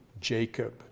Jacob